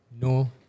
no